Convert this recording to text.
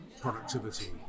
productivity